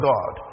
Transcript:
God